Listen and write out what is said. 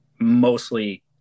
mostly